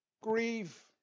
grieve